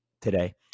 today